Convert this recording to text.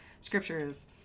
scriptures